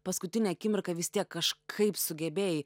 paskutinę akimirką vis tiek kažkaip sugebėjai